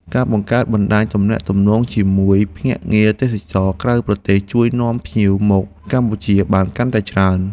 ការបង្កើតបណ្តាញទំនាក់ទំនងជាមួយភ្នាក់ងារទេសចរណ៍ក្រៅប្រទេសជួយនាំភ្ញៀវមកកម្ពុជាបានកាន់តែច្រើន។